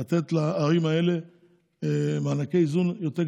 לתת לערים האלה מענקי איזון יותר גדולים,